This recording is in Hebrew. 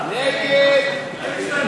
אין הסתייגויות.